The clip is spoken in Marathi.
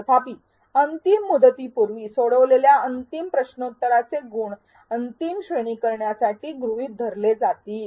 तथापि अंतिम मुदतीपूर्वी सोडवलेल्या अंतिम प्रश्नोत्तराचे गुण अंतिम श्रेणीकरणासाठी गृहीत धरले जातील